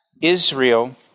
Israel